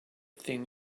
thing